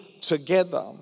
together